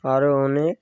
আরও অনেক